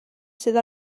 sydd